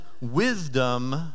wisdom